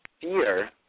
fear